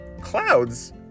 Clouds